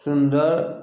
सुन्दर